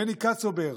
בני קצובר,